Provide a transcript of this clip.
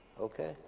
Okay